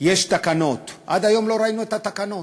יש תקנות, עד היום לא ראינו את התקנות.